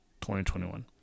2021